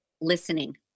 listening